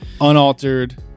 unaltered